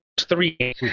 three